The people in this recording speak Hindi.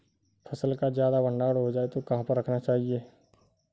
फसल का ज्यादा भंडारण हो जाए तो कहाँ पर रखना चाहिए?